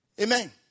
Amen